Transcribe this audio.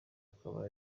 akaba